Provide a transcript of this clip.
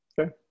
okay